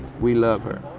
we love her.